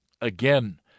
again